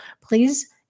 please